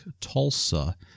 Tulsa